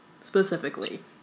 specifically